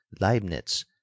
Leibniz